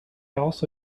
also